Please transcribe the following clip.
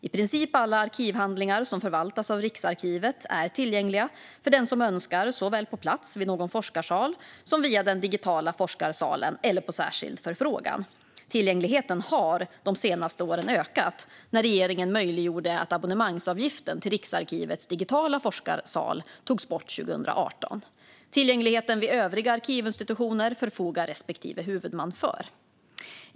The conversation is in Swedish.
I princip alla arkivhandlingar som förvaltas av Riksarkivet är tillgängliga för den som önskar, såväl på plats vid någon forskarsal som via den digitala forskarsalen eller på särskild förfrågan. Tillgängligheten har de senaste åren ökat sedan regeringen möjliggjorde att abonnemangsavgiften till Riksarkivets digitala forskarsal togs bort 2018. Tillgängligheten vid övriga arkivinstitutioner svarar respektive huvudman för.